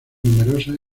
numerosas